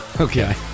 Okay